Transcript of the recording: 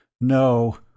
No